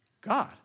God